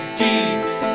deeds